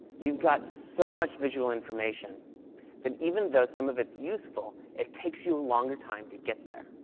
you've got so much visual information that even though some of it's useful, it takes you a longer time to get there.